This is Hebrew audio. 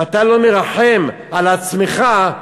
ואתה לא מרחם על עצמך,